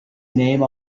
name